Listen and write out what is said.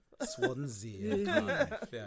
Swansea